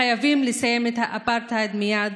חייבים לסיים את האפרטהייד מייד.